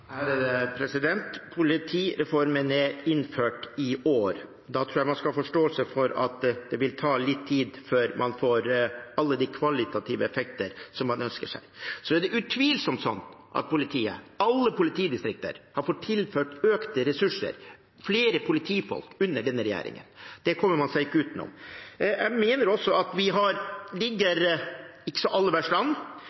Politireformen er innført i år. Da tror jeg man skal ha forståelse for at det vil ta litt tid før man får alle de kvalitative effekter man ønsker seg. Det er utvilsomt sånn at politiet, alle politidistrikter, har fått tilført økte ressurser, flere politifolk, under denne regjeringen. Det kommer man ikke utenom. Jeg mener også at vi ligger